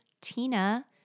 Tina